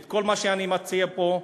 ואת כל מה שאני מציע פה,